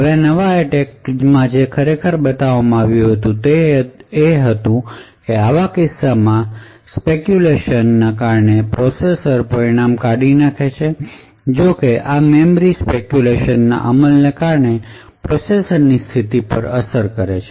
હવે આ નવા એટેક એ ખરેખર જે બતાવ્યું તે તે હતું કે આવા કિસ્સામાં સ્પેકયુલેશનને કારણે પ્રોસેસર પરિણામ કાઢી નાખે છે જોકે આ મેમરી સ્પેકયુલેશન ના અમલને કારણે પ્રોસેસર ની સ્થિતિ પર અસર કરે છે